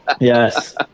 yes